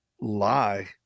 lie